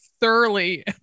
thoroughly